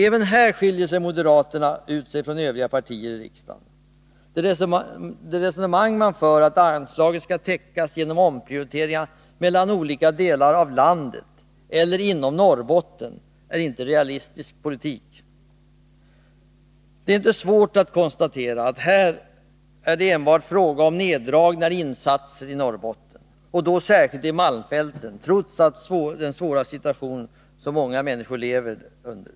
Även här skiljer moderaterna ut sig från de övriga partierna i riksdagen. Det resonemang man för, att anslagen skall täckas genom omprioriteringar mellan olika delar av landet eller inom Norrbotten, är inte realistisk politik. Det är inte svårt att konstatera att det här enbart är fråga om neddragningar av insatserna i Norrbotten och då särskilt i malmfälten, trots den svåra situation som många människor lever under.